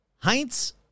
Heinz